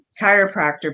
chiropractor